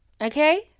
okay